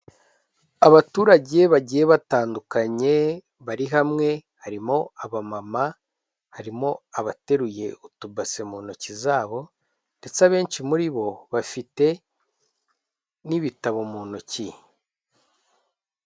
Abaturage bagiye batandukanye bari hamwe harimo abamama, harimo abateruye utubase mu ntoki zabo ndetse abenshi muri bo bafite n'ibitabo mu ntoki.